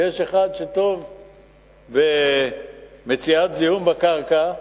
ויש אחד שטוב במציאת זיהום בקרקע,